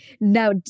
Now